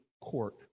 court